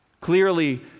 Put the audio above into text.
Clearly